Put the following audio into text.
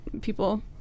people